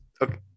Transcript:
Okay